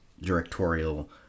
directorial